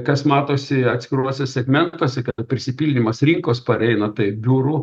kas matosi atskiruose segmentuose kad prisipildymas rinkos pareina tai biurų